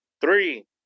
Three